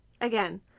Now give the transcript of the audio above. Again